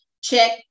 check